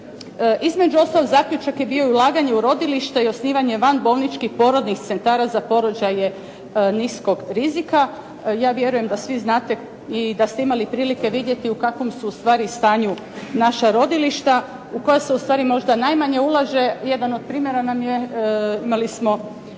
Između ostalog, zaključak je bio i ulaganje u rodilište i osnivanje van bolničkih porodnih centara za porođaje niskog rizika. Ja vjerujem da svi znate i da ste imali prilike vidjeti u kakvom su u stvari stanju naša rodilišta u koja se u stvari možda najmanje ulaže. Jedan od primjera nam je imali smo